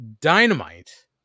Dynamite